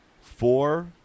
four